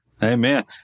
Amen